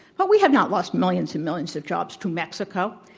but we have not lost millions and millions of jobs to mexico.